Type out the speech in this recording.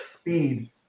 speed